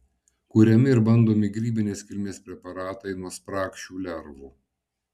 kuriami ir bandomi grybinės kilmės preparatai nuo spragšių lervų